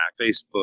Facebook